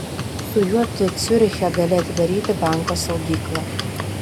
su juo tu ciuriche gali atidaryti banko saugyklą